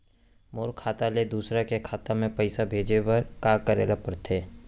मोर खाता ले दूसर के खाता म पइसा भेजे बर का करेल पढ़थे?